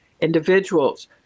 individuals